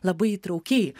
labai įtraukiai